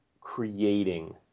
creating